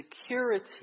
security